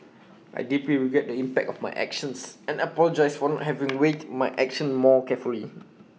I deeply regret the impact of my actions and apologise for not having weighed my actions more carefully